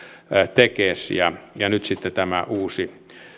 tekes ja ja nyt sitten tämä uusi